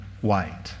white